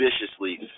viciously